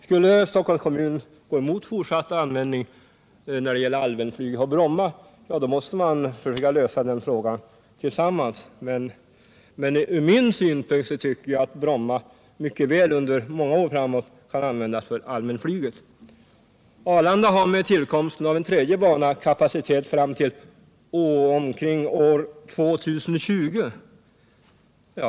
Skulle Stockholms kommun gå emot fortsatt användning av Bromma för allmänflyg, då måste man försöka lösa den frågan gemensamt. För min del tycker jag emellertid att Bromma mycket väl kan användas för allmänflyget i många år framåt. Arlanda har med tillkomsten av en tredje bana kapacitet fram till omkring år 2020.